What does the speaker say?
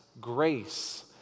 grace